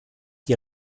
die